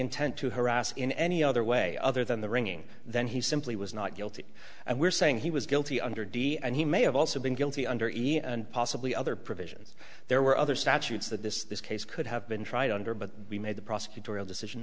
intent to harass in any other way other than the ringing then he simply was not guilty and we're saying he was guilty under d and he may have also been guilty under each and possibly other provisions there were other statutes that this case could have been tried under but we made the prosecutorial decision